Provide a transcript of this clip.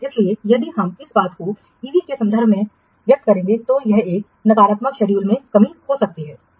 इसलिए यदि हम इस बात को ईवी के संदर्भ में व्यक्त करेंगे तो एक नकारात्मक शेड्यूल में कमी हो सकती है